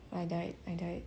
I died I died